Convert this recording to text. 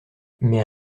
mais